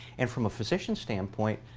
and, from a physician standpoint,